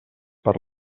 per